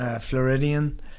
Floridian